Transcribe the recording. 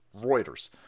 Reuters